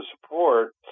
support